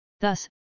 Thus